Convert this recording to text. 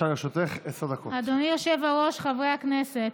חברי הכנסת.